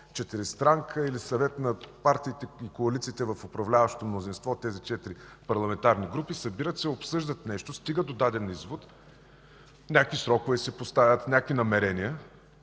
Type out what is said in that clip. четиристранка или съвет на партиите и коалициите в управляващото мнозинство, тези четири парламентарни групи се събират и обсъждат нещо, стигат до даден извод, поставят си някакви срокове, някакви намерения,